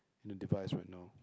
the device right now